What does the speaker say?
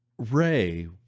Ray